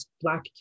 Black